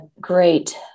great